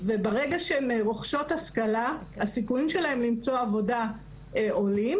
וברגע שהן רוכשות השכלה הסיכויים שלהן למצוא עבודה עולים.